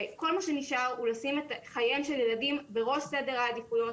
וכל מה שנשאר הוא לשים את חייהם של הילדים בראש סדר העדיפויות.